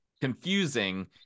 confusing